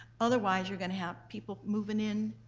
otherwise you're going to have people moving in.